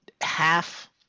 half